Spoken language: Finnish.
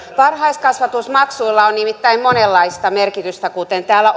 varhaiskasvatusmaksuilla on nimittäin monenlaista merkitystä kuten täällä